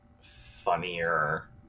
funnier